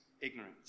ignorance